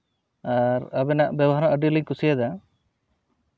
ᱟᱨ ᱟᱵᱮᱱᱟᱜ ᱵᱮᱣᱦᱟᱨ ᱦᱚᱸ ᱟᱹᱰᱤᱞᱤᱧ ᱠᱩᱥᱤᱭᱟᱫᱟ